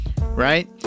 right